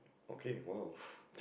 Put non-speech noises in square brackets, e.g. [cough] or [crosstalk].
okay !wow! [breath]